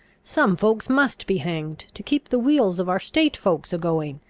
some folks must be hanged, to keep the wheels of our state-folks a-going.